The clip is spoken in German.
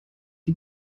die